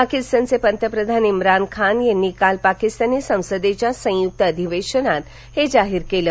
पाकिस्तानचे पंतप्रधान श्रान खान यांनी काल पाकिस्तानी संसदेच्या संयुक्त अधिवेशनात हे जाहीर केलं